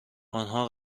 آنها